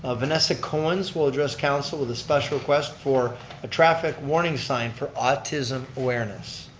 ah vanessa cowens will address council with a special request for a traffic warning sign for autism awareness.